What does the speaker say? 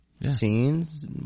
scenes